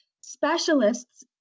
specialists